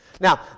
Now